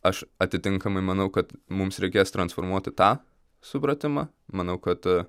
aš atitinkamai manau kad mums reikės transformuoti tą supratimą manau kad aa